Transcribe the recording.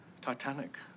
Titanic